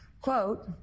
quote